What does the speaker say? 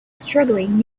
struggling